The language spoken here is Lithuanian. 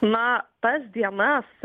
na tas dienas